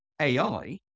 AI